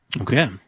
Okay